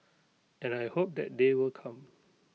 and I hope that day will come